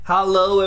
Hello